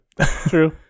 true